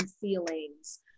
feelings